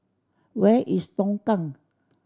where is Tongkang